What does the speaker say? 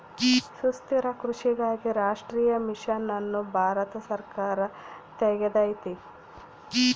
ಸುಸ್ಥಿರ ಕೃಷಿಗಾಗಿ ರಾಷ್ಟ್ರೀಯ ಮಿಷನ್ ಅನ್ನು ಭಾರತ ಸರ್ಕಾರ ತೆಗ್ದೈತೀ